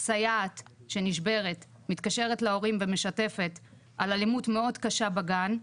סייעת שנשברת מתקשרת להורים ומשתפת על אלימות מאוד קשה בגן,